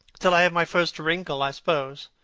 till i have my first wrinkle, i suppose.